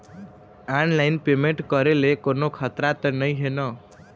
Online payment करे ले कोन्हो खतरा त नई हे न?